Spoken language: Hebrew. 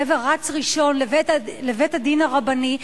הגבר רץ ראשון לבית-הדין הרבני,